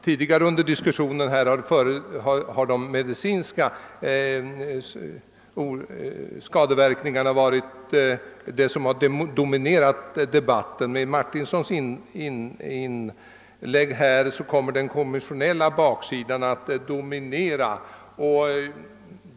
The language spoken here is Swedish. Tidigare under diskussionen här har de medicinska skadeverkningarna dominerat; i herr Martinssons inlägg kom den kommersiella baksidan att dominera.